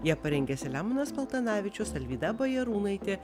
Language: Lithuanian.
jie parengė selemonas paltanavičius alvyda bajarūnaitė